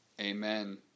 Amen